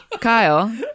Kyle